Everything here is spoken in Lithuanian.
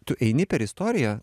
tu eini per istoriją